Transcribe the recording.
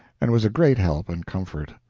and was a great help and comfort.